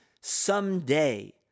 someday